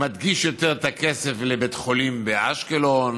מקדיש את הכסף לבית חולים באשקלון,